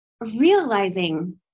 realizing